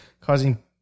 causing